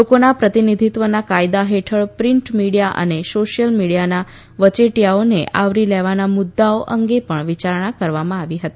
લોકોના પ્રતિનિધિત્વના કાયદા હેઠળ પ્રિન્ટ મીડિયા અને સોશિયલ મીડિયાના વચેટિયાઓને આવરી લેવાના મુદ્દાઓ અંગે પણ વિચારણા કરવામાં આવી હતી